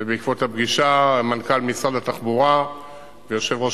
ובעקבות הפגישה מנכ"ל משרד התחבורה ויושב-ראש